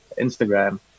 Instagram